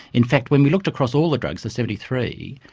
in fact when we looked across all the drugs, the seventy three,